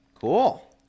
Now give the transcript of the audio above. Cool